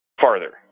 farther